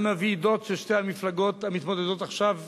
גם עם הוועידות של שתי המפלגות המתמודדות עכשיו,